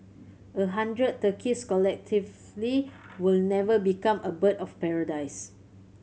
a hundred turkeys collectively will never become a bird of paradise